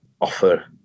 offer